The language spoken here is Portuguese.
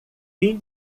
fim